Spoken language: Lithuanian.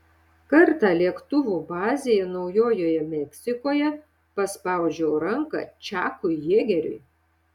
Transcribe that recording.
kartą lėktuvų bazėje naujojoje meksikoje paspaudžiau ranką čakui jėgeriui